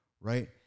right